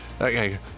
okay